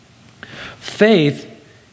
Faith